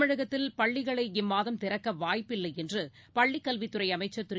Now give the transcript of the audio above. தமிழகத்தில் பள்ளிகளை இம்மாதம் திறக்கவாய்ப்பில்லைஎன்றுபள்ளிக் கல்வித்துறைஅமைச்சர் திரு